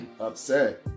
upset